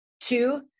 two